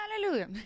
hallelujah